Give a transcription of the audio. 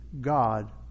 God